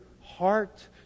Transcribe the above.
heart